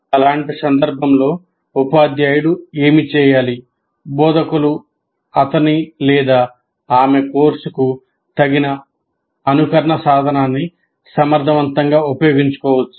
అలాంటి సందర్భంలో ఉపాధ్యాయుడు ఏమి చేయాలి బోధకులు అతని లేదా ఆమె కోర్సుకు తగిన అనుకరణ సాధనాన్ని సమర్థవంతంగా ఉపయోగించుకోవచ్చు